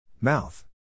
Mouth